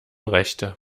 rechte